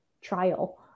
trial